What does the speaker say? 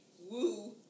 woo